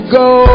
go